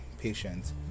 patients